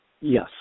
Yes